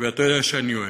ואתה יודע שאני אוהב.